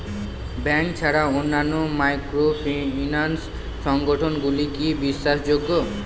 Bank ছাড়া অন্যান্য microfinance সংগঠন গুলি কি বিশ্বাসযোগ্য?